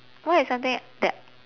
what is something that